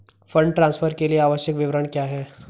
Fund transfer के लिए आवश्यक विवरण क्या हैं?